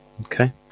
Okay